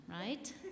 right